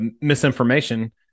misinformation